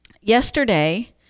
Yesterday